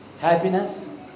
happiness